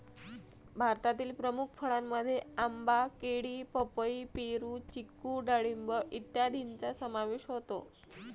भारतातील प्रमुख फळांमध्ये आंबा, केळी, पपई, पेरू, चिकू डाळिंब इत्यादींचा समावेश होतो